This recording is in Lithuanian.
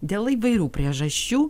dėl įvairių priežasčių